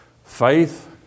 Faith